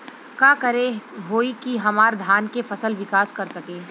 का करे होई की हमार धान के फसल विकास कर सके?